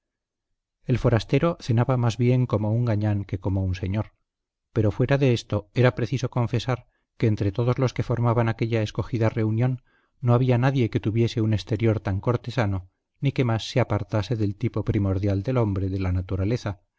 el forastero cenaba más bien como un gañán que como un señor pero fuera de esto era preciso confesar que entre todos los que formaban aquella escogida reunión no había nadie que tuviese un exterior tan cortesano ni que más se apartase del tipo primordial del hombre de la naturaleza